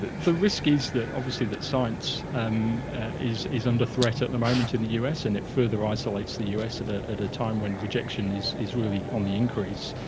the the risk is that obviously science and is is under threat at the moment in the us and it further isolates the us at ah at a time when rejection is is really on the increase.